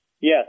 Yes